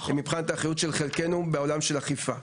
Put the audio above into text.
מבחינת האחריות של חלקנו אנחנו בעולם האכיפה.